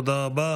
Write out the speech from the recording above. תודה רבה.